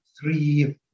three